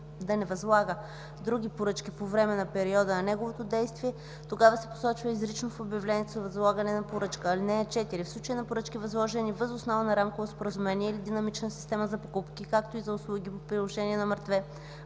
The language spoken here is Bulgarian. да не възлага други поръчки по време на периода на неговото действие, това се посочва изрично в обявлението за възлагане на поръчка. (4) В случай на поръчки, възложени въз основа на рамково споразумение или динамична система за покупки, както и за услуги по приложение № 2,